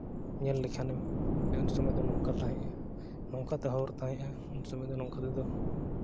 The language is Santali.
ᱧᱮᱞ ᱞᱮᱠᱷᱟᱱ ᱮᱢ ᱩᱱ ᱥᱚᱢᱚᱭ ᱫᱚ ᱱᱚᱝᱠᱟ ᱛᱟᱦᱮᱸᱫᱼᱟ ᱱᱚᱝᱠᱟ ᱛᱮ ᱦᱚᱨ ᱛᱟᱦᱮᱸᱫᱼᱟ ᱩᱱ ᱥᱚᱢᱚᱭ ᱫᱚ ᱱᱚᱝᱠᱟ ᱛᱮᱫᱚ